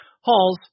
halls